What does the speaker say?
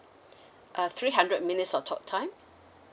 uh three hundred minutes of talk time